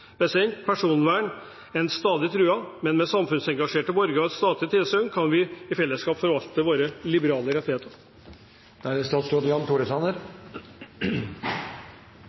er stadig truet, men med samfunnsengasjerte borgere og statlig tilsyn kan vi i fellesskap forvalte våre liberale rettigheter. Personvern er